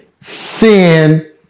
sin